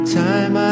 time